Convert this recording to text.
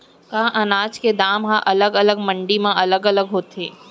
का अनाज के दाम हा अलग अलग मंडी म अलग अलग होथे?